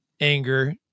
anger